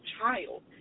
child